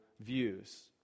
views